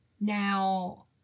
Now